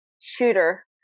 shooter